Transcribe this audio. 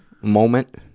moment